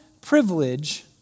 privilege